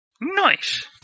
Nice